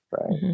right